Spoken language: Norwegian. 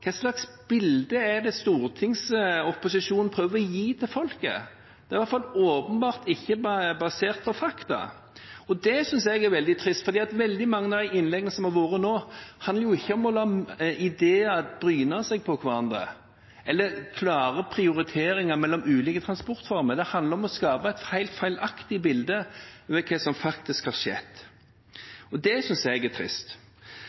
Hva slags bilde er det stortingsopposisjonen prøver å gi til folket? Det er i hvert fall åpenbart ikke basert på fakta, og det synes jeg er veldig trist. Veldig mange av innleggene som har vært nå, handler jo ikke om å la ideer bryne seg på hverandre, eller om klare prioriteringer mellom ulike transportformer, men det handler om å skape et helt feilaktig bilde av hva som faktisk har skjedd. Det synes jeg er trist.